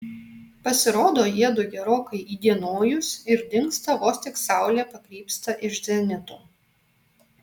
pasirodo jiedu gerokai įdienojus ir dingsta vos tik saulė pakrypsta iš zenito